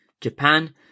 Japan